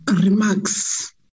remarks